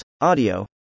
audio